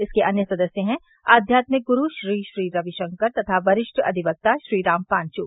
इसके अन्य सदस्य हैं आध्यात्मिक गुरू श्री श्री रवि शंकर तथा वरिष्ठ अधिवक्ता श्रीराम पांच्